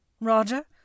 Roger